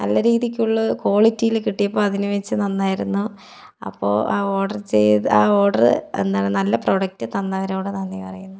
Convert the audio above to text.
നല്ല രീതിക്കുള്ള ക്വാളിറ്റിയിൽ കിട്ടിയപ്പോൾ അതിൽ വെച്ച് നന്നായിരുന്നു അപ്പോൾ ആ ഓർഡർ ചെയ്ത ആ ഓർഡർ നല്ല പ്രോഡക്ട് തന്നവരോടാണ് നന്ദി പറയുന്നു